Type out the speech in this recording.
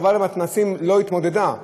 החברה למתנ"סים לא התמודדה.